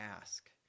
ask